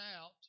out